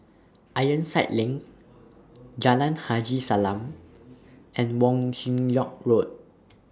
Ironside LINK Jalan Haji Salam and Wong Chin Yoke Road